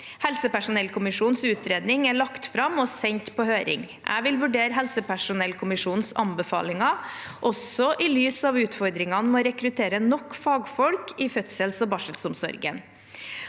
Helsepersonellkommisjonens utredning er lagt fram og sendt på høring. Jeg vil vurdere helsepersonellkommisjonens anbefalinger også i lys av utfordringene med å rekruttere nok fagfolk i fødsels- og barselomsorgen.